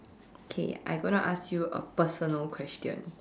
okay I going to ask you a personal question